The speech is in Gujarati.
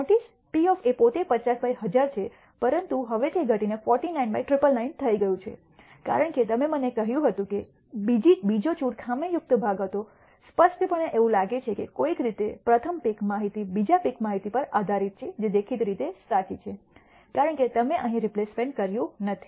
નોટિસ P પોતે 50 બાય 1000 છે પરંતુ હવે તે ઘટીને 49 બાય 999 થઈ ગઈ છે કારણ કે તમે મને કહ્યું હતું કે બીજો ચૂંટો ખામીયુક્ત ભાગ હતો સ્પષ્ટપણે એવું લાગે છે કે કોઈક રીતે પ્રથમ પીક માહિતી બીજા પીક માહિતી પર આધારિત છે જે દેખીતી રીતે સાચી છે કારણ કે તમે અહીં રિપ્લેસમેન્ટ કર્યું નથી